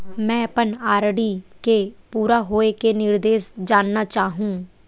मैं अपन आर.डी के पूरा होये के निर्देश जानना चाहहु